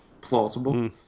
Plausible